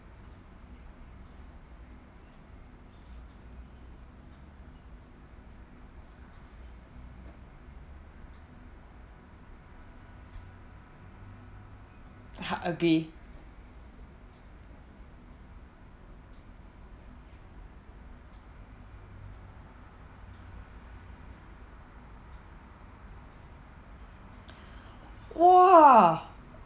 ha agree !wah!